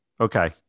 Okay